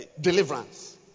deliverance